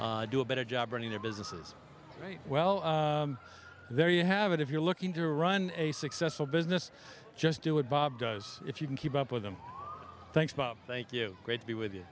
do a better job running their businesses well there you have it if you're looking to run a successful business just do it bob does if you can keep up with them thanks bob thank you great to be with you